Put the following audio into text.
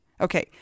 Okay